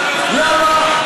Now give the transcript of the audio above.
למה?